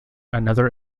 another